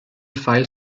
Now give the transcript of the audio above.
file